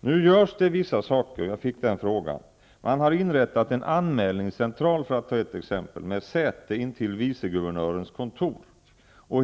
Nu görs det vissa saker. Man har inrättat en anmälningscentral, för att ta ett exempel. Den har säte intill vice guvernörens kontor.